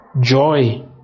joy